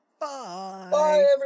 Bye